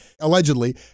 allegedly